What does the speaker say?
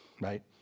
Right